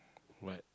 but